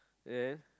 then